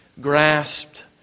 grasped